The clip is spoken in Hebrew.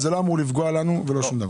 אז זה לא אמור לפגוע לנו ולא שום דבר?